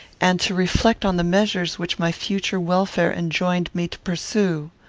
and to reflect on the measures which my future welfare enjoined me to pursue.